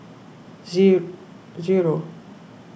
zero